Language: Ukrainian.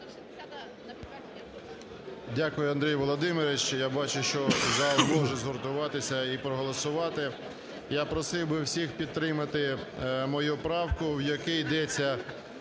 Дякую, Андрій Володимирович. Я бачу, що зал може згуртуватися і проголосувати. Я просив би всіх підтримати мою правку, в якій йдеться